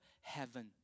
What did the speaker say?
heaven